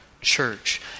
church